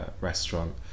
restaurant